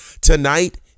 tonight